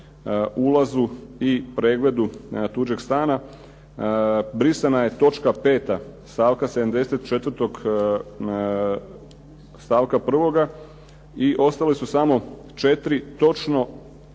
ulazu i pregledu tuđeg stana brisana je točka 5. stavka 74., stavka 1. i ostale su samo četiri točno